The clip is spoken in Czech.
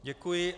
Děkuji.